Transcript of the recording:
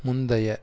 முந்தைய